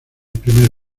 primer